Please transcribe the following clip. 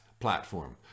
platform